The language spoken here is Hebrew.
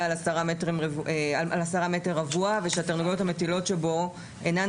על 10 מטרים רבועים ושהתרנגולות המטילות שבו אינן